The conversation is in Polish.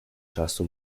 czasu